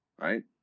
right